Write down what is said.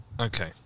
Okay